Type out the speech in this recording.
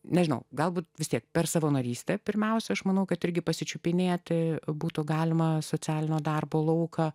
nežinau galbūt vis tiek per savo narystę pirmiausia aš manau kad irgi pasičiupinėja tai būtų galima socialinio darbo lauką